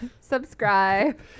Subscribe